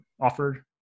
offered